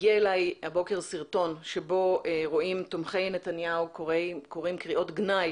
הגיע אלי הבוקר סרטון בו רואים תומכי נתניהו קוראים קריאות גנאי